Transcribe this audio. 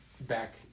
back